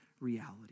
reality